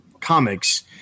comics